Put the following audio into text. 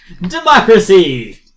Democracy